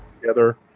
together